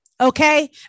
okay